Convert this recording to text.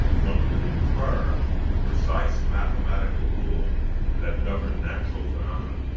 one could infer a precise mathematical rule that governed natural phenomena.